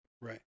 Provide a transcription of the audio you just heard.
right